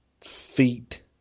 feet